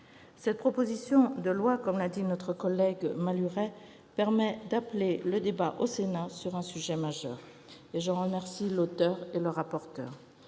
Cette proposition de loi, comme l'a dit notre collègue Claude Malhuret, permet d'appeler le débat au Sénat sur un sujet majeur. J'en remercie l'auteur et le rapporteur.